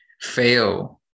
fail